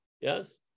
yes